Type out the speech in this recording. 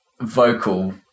vocal